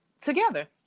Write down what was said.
together